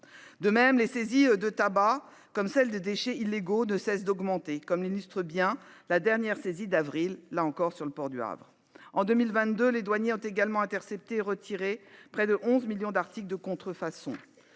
De même, les saisies de tabac comme celle des déchets illégaux de cesse d'augmenter, comme l'illustrent bien la dernière saisie d'avril là encore sur le port du Havre. En 2022, les douaniers ont également intercepté retiré près de 11 millions d'articles de contrefaçon,